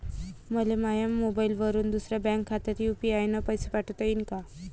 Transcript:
मले माह्या मोबाईलवरून दुसऱ्या बँक खात्यात यू.पी.आय न पैसे पाठोता येईन काय?